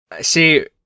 See